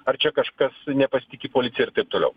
ar čia kažkas nepasitiki policija ir taip toliau